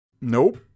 Nope